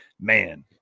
man